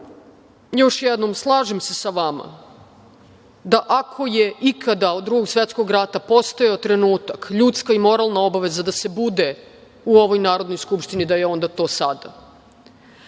još jednom, slažem se sa vama da ako je ikada od Drugo svetskog rata postojao trenutak, ljudska i moralna obaveza da se bude u ovoj Narodnoj skupštini da je onda to sada